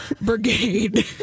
Brigade